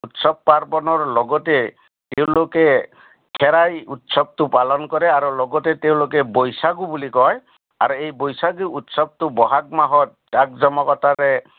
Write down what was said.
উৎসৱ পাৰ্বণৰ লগতে তেওঁলোকে খেৰাই উৎসৱটো পালন কৰে আৰু লগতে তেওঁলোকে বৈচাগু বুলি কয় আৰু এই বৈচাগু উৎসৱটো বহাগ মাহত জাক জমকতাৰে